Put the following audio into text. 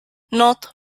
not